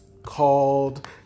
called